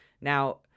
Now